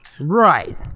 Right